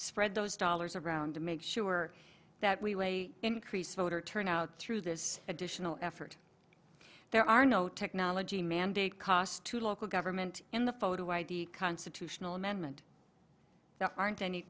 spread those dollars around to make sure that we way increase voter turnout through this additional effort there are no technology mandate cost to local government in the photo id constitutional amendment there aren't any